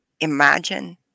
Imagine